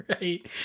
Right